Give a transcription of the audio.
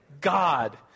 God